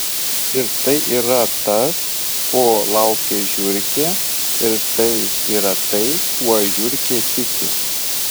ir tai yra tas ko laukia žiurkė ir tai yra tai kuo žiurkė tiki